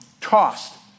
tossed